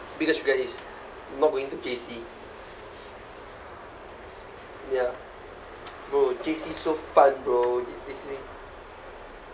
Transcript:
biggest regret is not going to J_C ya bro J_C so fun bro